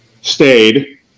stayed